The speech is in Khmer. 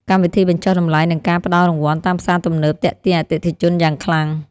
កម្មវិធីបញ្ចុះតម្លៃ និងការផ្ដល់រង្វាន់តាមផ្សារទំនើបទាក់ទាញអតិថិជនយ៉ាងខ្លាំង។